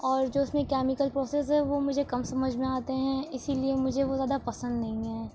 اور جو اس میں کیمیکل پروسیز ہے وہ مجھے کم سمجھ میں آتے ہیں اسی لیے مجے وہ زیادہ پسند نہیں ہیں